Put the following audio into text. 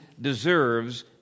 deserves